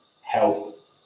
help